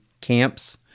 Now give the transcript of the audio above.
Camps